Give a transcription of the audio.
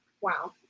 Wow